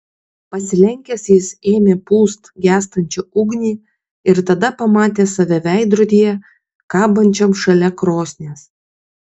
pasilenkęs jis ėmė pūst gęstančią ugnį ir tada pamatė save veidrodyje kabančiam šalia krosnies